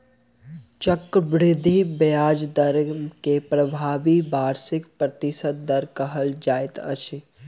चक्रवृद्धि ब्याज दर के प्रभावी वार्षिक प्रतिशत दर कहल जाइत अछि